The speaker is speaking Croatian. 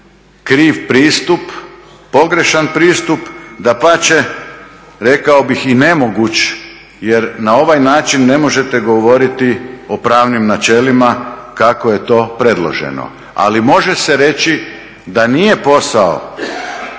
kriv pristup, pogrešan pristup, dapače rekao bih i nemoguć jer na ovaj način ne možete govoriti o pravnim načelima kako je to predloženo. Ali može se reći da nije posao